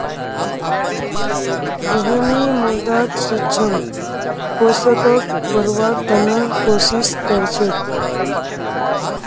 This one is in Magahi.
रोहिणी मृदात सूक्ष्म पोषकक बढ़व्वार त न कोशिश क र छेक